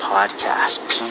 Podcast